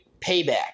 payback